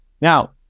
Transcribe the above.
Now